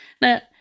Now